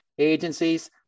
agencies